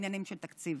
בעניינים של תקציב.